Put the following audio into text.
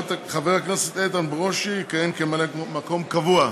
חבר הכנסת איתן ברושי יכהן כממלא-מקום קבוע.